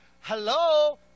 Hello